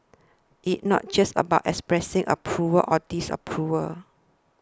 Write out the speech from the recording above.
it not just about expressing approval or disapproval